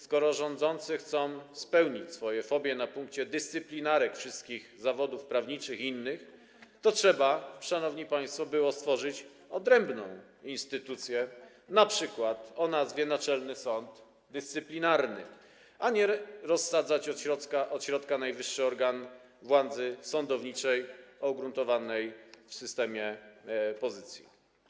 Skoro rządzący chcą dać wyraz swoim fobiom na punkcie dyscyplinarek dla wszystkich zawodów prawniczych i innych, to trzeba było, szanowni państwo, stworzyć odrębną instytucję, np. o nazwie „naczelny sąd dyscyplinarny”, a nie rozsadzać od środka najwyższy organ władzy sądowniczej o ugruntowanej w systemie pozycji.